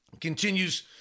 continues